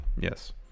Yes